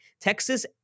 Texas